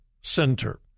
Center